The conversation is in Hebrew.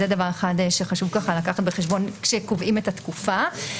זה דבר אחד שחשוב לקחת בחשבון כאשר קובעים את התקופה.